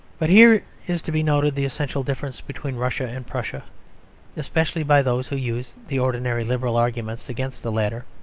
but here is to be noted the essential difference between russia and prussia especially by those who use the ordinary liberal arguments against the latter.